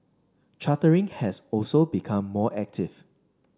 chartering has also become more active